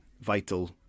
vital